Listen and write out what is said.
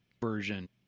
version